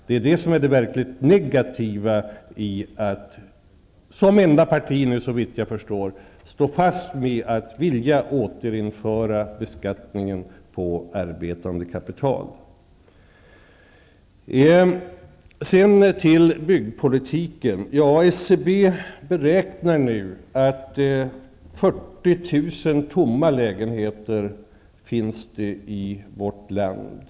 Detta är det negativa i att socialdemokraterna -- som enda parti vad jag förstår -- står fast vid att vilja återinföra beskattningen av arbetande kapital. Så något om byggpolitiken. SCB beräknar att 40 000 tomma lägenheter finns i vårt land.